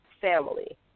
family